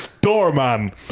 Doorman